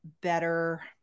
better